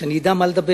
כדי שאני אדע מה להגיד.